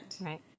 Right